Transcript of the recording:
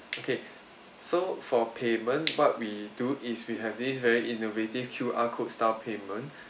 okay so for payment what we do is we have this very innovative Q_R code style payment